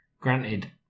granted